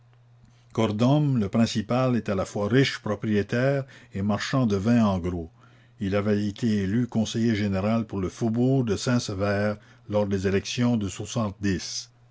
cord'homme le principal est à la fois riche propriétaire et marchand de vins en gros il avait été élu conseiller général pour le faubourg de saint séver lors des élections de